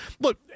look